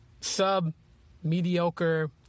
sub-mediocre